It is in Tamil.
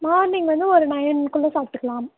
மார்னிங் வந்து ஒரு நைன்குள்ளே சாப்பிட்டுக்கலாம்